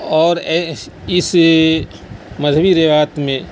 اور اس مذہبی روایت میں